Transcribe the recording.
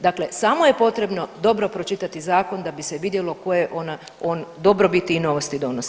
Dakle, samo je potrebno dobro pročitati zakon da bi se vidjelo koje on dobrobiti i novosti donosi.